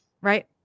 right